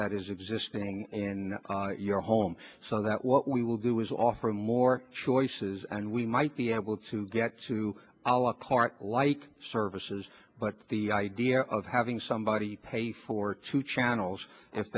that is existing in your home so that what we will do is offer more choices and we might be able to get to our current like services but the idea of having somebody pay for two channels if